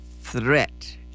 threat